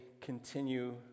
continue